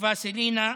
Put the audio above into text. כתבה סלינה,